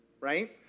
right